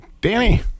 Danny